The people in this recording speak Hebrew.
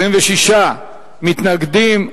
26 מתנגדים,